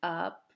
up